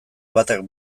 batak